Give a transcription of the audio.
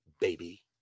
baby